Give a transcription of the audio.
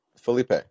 Felipe